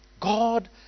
God